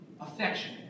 Affection